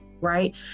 Right